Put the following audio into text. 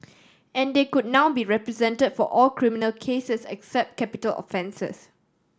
and they could now be represent for all criminal cases except capital offences